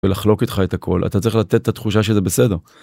ולחלוק איתך את הכל אתה צריך לתת את התחושה שזה בסדר.